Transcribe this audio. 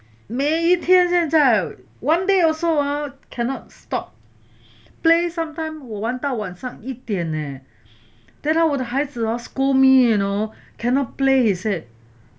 每天现在 one day also ah cannot stop play sometime 我玩到晚上一点 leh then 我的孩子 hor scold me you know cannot play he said